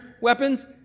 weapons